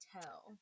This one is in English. tell